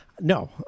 No